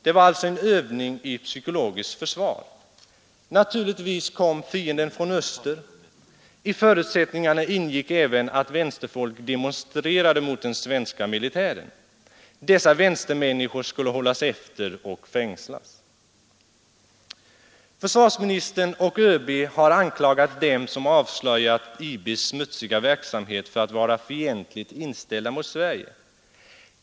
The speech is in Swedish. Det var en övning i psykologiskt försvar, och naturligtvis kom fienden från öster. I förutsättningarna ingick också att vänsterfolk demonstrerade mot den svenska militären. Dessa vänstermänniskor skulle hållas efter och fängslas. 43 Försvarsministern och ÖB har anklagat dem som avslöjat IB:s smutsiga verksamhet för att vara fientligt inställda mot Sverige.